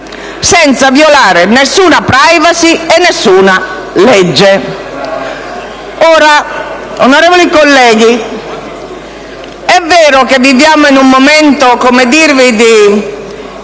senza violare nessuna *privacy* e nessuna legge. Onorevoli colleghi, è vero che viviamo in un momento, come dire, in